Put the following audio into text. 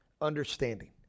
Understanding